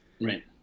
right